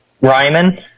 Ryman